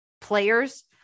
players